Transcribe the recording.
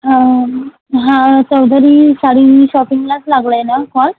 हा चौधरी साडी शॉपिंगलाच लागला आहे ना कॉल